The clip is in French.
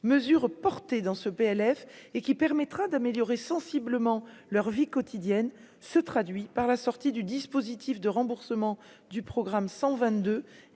mesure portées dans ce PLF et qui permettra d'améliorer sensiblement leur vie quotidienne, se traduit par la sortie du dispositif de remboursement du programme 122